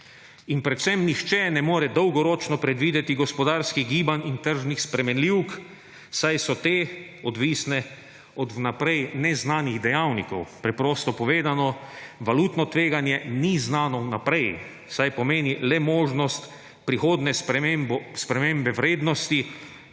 In predvsem nihče ne more dolgoročno predvideti gospodarskih gibanj in tržni spremenljivk, saj so te odvisne od vnaprej neznanih dejavnikov. Preprosto povedano, valutno tveganje ni znano vnaprej, saj pomeni le možnost prihodnje spremembe vrednosti